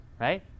right